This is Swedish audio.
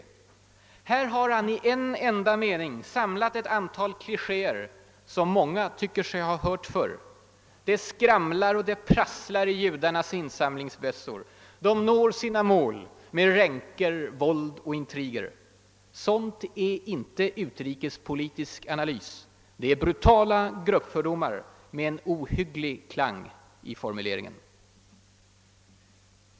Här har han i en enda mening samlat ett antal klichéer som många tycker sig ha hört förr. Det skramlar och det prasslar i judarnas insamlingsbössor, de når sina mål med ränker, våld och intriger. Sådant är inte utrikespolitisk analys — det är brutala gruppfördomar med en ohygglig klang i formuleringen.